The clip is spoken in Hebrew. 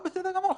בסדר גמור,